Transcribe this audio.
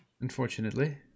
Unfortunately